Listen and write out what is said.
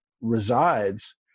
resides